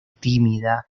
tímida